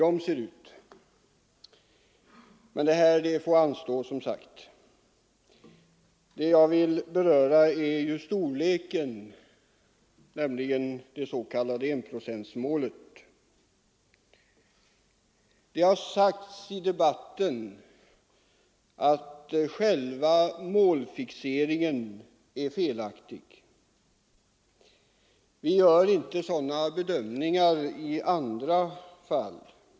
Men de frågorna får som sagt anstå. Det finns anledning och tillfälle att återkomma till dem senare. Det jag vill beröra är storleken av vårt bistånd, det s.k. enprocentsmålet. Det har sagts i debatten att själva målfixeringen är felaktig. Vi gör inte sådana bedömningar i andra fall.